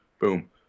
Boom